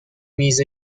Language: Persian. میز